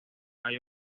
hay